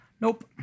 Nope